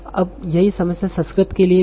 अब यही समस्या संस्कृत के लिए भी है